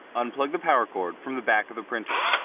unplug the power cord from the back of the printer.